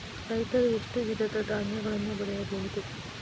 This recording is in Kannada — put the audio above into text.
ರೈತರು ಎಷ್ಟು ವಿಧದ ಧಾನ್ಯಗಳನ್ನು ಬೆಳೆಯಬಹುದು?